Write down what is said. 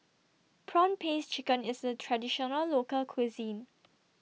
Prawn Paste Chicken IS A Traditional Local Cuisine